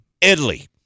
Italy